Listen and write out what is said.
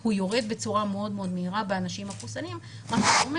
הוא יורד בצורה מאוד מאוד מהירה באנשים מחוסנים וזה אומר